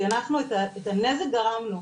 כי אנחנו את הנזק גרמנו,